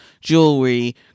jewelry